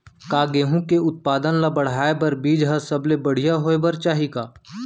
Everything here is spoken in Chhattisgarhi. का गेहूँ के उत्पादन का बढ़ाये बर बीज ह सबले बढ़िया होय बर चाही का?